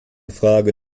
frage